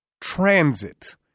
transit